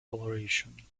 coloration